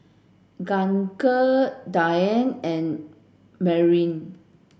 Gaige Diane and Merrill